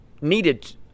needed